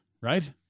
Right